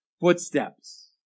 footsteps